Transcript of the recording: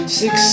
six